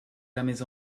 jamais